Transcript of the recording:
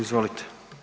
Izvolite.